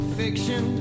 fiction